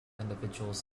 individuals